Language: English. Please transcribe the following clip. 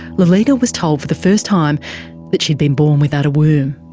lolita was told for the first time that she'd been born without a womb.